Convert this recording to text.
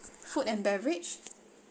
food and beverage